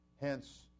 hence